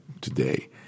today